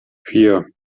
vier